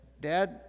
Dad